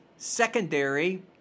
Secondary